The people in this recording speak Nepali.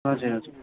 हजुर हजुर